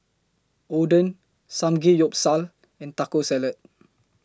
Oden Samgeyopsal and Taco Salad